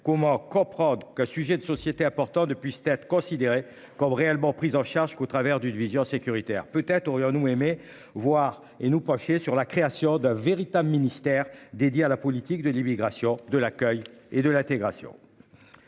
Comment comprendre qu'un sujet de société important depuis 7 considérés comme réellement prise en charge qu'au travers d'une vision sécuritaire, peut-être aurions-nous aimé voir et nous pencher sur la création d'un véritable ministère dédié à la politique de l'immigration de l'accueil et de l'intégration.